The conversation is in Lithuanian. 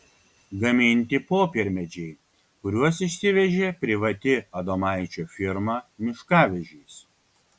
gaminti popiermedžiai kuriuos išsivežė privati adomaičio firma miškavežiais